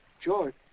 George